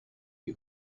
you